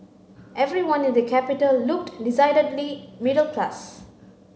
everyone in the capital looked decidedly middle class